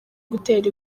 gutera